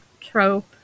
trope